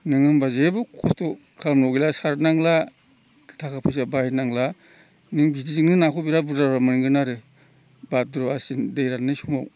नों होमब्ला जेबो खस्थ' खालामनांगौ गैला सारनांला थाखा फैसा बाहायनांला नों बिदिजोंनो नाखौ बिराद बुरजा मोनगोन आरो भाद्र' आसिन दै राननाय समाव